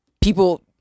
People